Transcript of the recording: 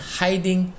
hiding